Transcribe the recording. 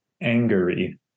angry